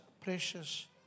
precious